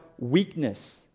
weakness